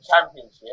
championship